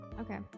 Okay